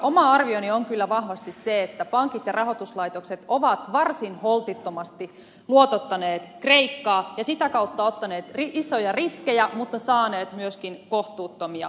oma arvioni on kyllä vahvasti se että pankit ja rahoituslaitokset ovat varsin holtittomasti luotottaneet kreikkaa ja sitä kautta ottaneet isoja riskejä mutta saaneet myöskin kohtuuttomia voittoja